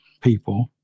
people